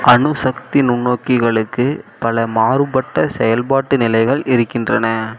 அணு சக்தி நுண்ணோக்கிகளுக்கு பல மாறுபட்ட செயல்பாட்டு நிலைகள் இருக்கின்றன